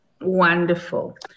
Wonderful